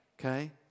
okay